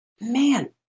Man